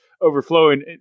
overflowing